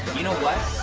you know what?